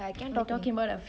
I can't